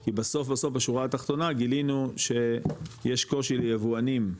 כי בסוף בסוף בשורה התחתונה גילינו שיש קושי ליבואנים.